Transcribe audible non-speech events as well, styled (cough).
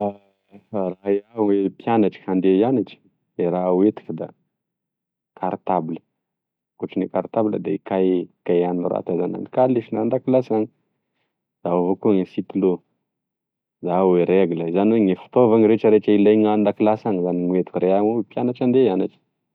(hesitation) Raha iaho e mpianatry andeha hianatry de raha hoentiko da cartable akoatrine cartable da e kahie, kahie anorata zany andika lesona an-dakilasy any da ao avao ko gne sitilô, ao e règle zany oe gne fitaovany retraretra ilaina an-dakilasy any zany gn'entiko raha iaho mpiantry andeha hianatry.